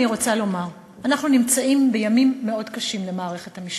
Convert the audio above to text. אני רוצה לומר: אנחנו נמצאים בימים מאוד קשים למערכת המשפט,